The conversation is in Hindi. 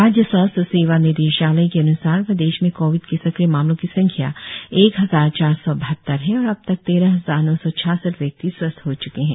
राज्य स्वास्थ्य सेवा निदेशालय के अन्सार प्रदेश में कोविड के सक्रिय मामलों की संख्या एक हजार चार सौ बहत्तर है और अब तक तेरह हजार नौ सौ छाछठ व्यक्ति स्वस्थ हो च्के है